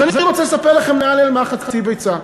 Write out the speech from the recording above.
אז אני רוצה לספר לכם לאן נעלמה חצי ביצה.